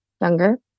younger